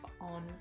on